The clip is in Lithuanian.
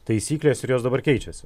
taisyklės ir jos dabar keičiasi